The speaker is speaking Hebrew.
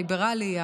הליברלי,